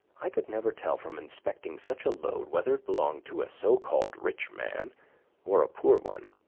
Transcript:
i could never tell from inspecting such a load whether it belonged to a so-called rich man or a poor one